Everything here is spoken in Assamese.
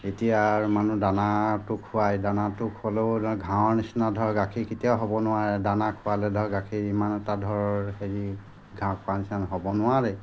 এতিয়া আৰ মানুহ দানাটো খুৱায় দানাটো খোৱালেও ধৰক ঘাঁহৰ নিচিনা ধৰ গাখীৰ কেতিয়াও হ'ব নোৱাৰে দানা খোৱালে ধৰ গাখীৰ ইমান এটা ধৰ হেৰি ঘাঁহ খোৱা নিচিনা হ'ব নোৱাৰে